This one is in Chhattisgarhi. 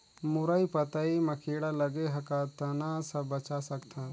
मुरई पतई म कीड़ा लगे ह कतना स बचा सकथन?